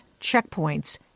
checkpoints